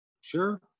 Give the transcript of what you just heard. Sure